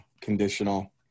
conditional